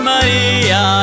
Maria